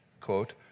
quote